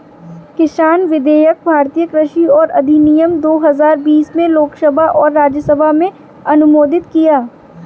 किसान विधेयक भारतीय कृषि अधिनियम दो हजार बीस में लोकसभा और राज्यसभा में अनुमोदित किया